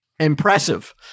Impressive